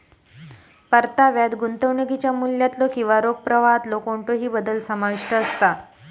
परताव्यात गुंतवणुकीच्या मूल्यातलो किंवा रोख प्रवाहातलो कोणतोही बदल समाविष्ट असता